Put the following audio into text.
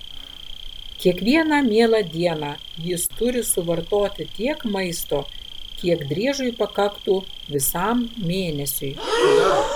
kiekvieną mielą dieną jis turi suvartoti tiek maisto kiek driežui pakaktų visam mėnesiui